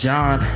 John